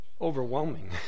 overwhelming